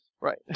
Right